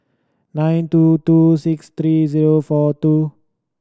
nine two two six three zero four two